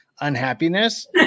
unhappiness